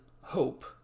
hope